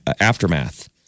aftermath